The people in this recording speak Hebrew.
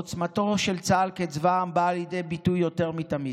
עוצמתו של צה"ל כצבא העם באה לידי ביטוי יותר מתמיד.